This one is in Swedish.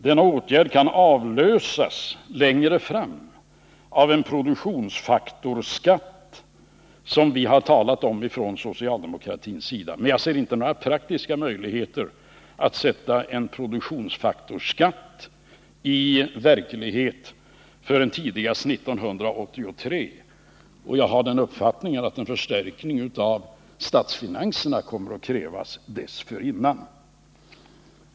De kan längre fram avlösas av produktionsfaktorsskatt, som vi har talat om från socialdemokratins sida. Men jag ser inte några praktiska möjligheter att förverkliga en produktionsfaktorsskatt förrän tidigast 1983, och jag har den uppfattningen att en förstärkning av statsfinanserna kommer att krävas dessförinnan.